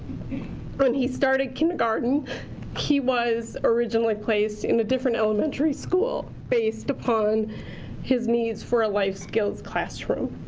when he started kindergarten he was originally placed in a different elementary school. based upon his needs for a life skills classroom.